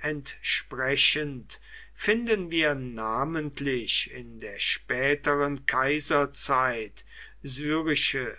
entsprechend finden wir namentlich in der späteren kaiserzeit syrische